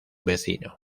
vecino